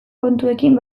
kontuekin